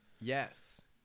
Yes